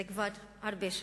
זה כבר הרבה שנים,